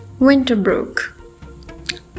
Winterbrook